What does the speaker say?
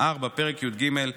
פרק י"ג,